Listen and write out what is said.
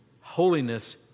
holiness